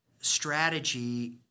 strategy